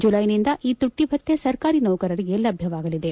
ಜುಲೈನಿಂದ ಈ ತುಟ್ಟಭತ್ತ ಸರ್ಕಾರಿ ನೌಕರರಿಗೆ ಲಭ್ಲವಾಗಲಿದೆ